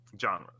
genres